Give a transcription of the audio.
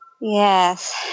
Yes